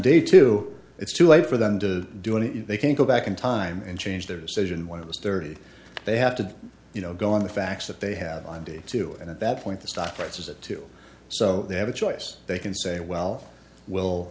day two it's too late for them to do it they can't go back in time and change their decision when it was thirty they have to you know go on the facts that they have on day two and at that point the stock price is at two so they have a choice they can say well we'll